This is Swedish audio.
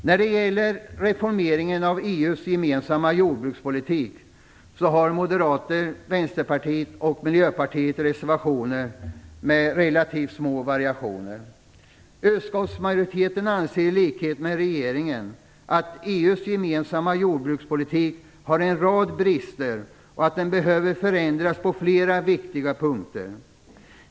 När det gäller reformeringen av EU:s gemensamma jordbrukspolitik har Moderaterna, Vänsterpartiet och Miljöpartiet reservationer med relativt små variationer. Utskottsmajoriteten anser i likhet med regeringen att EU:s gemensamma jordbrukspolitik har en rad brister och att den behöver förändras på flera viktiga punkter.